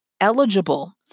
eligible